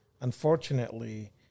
unfortunately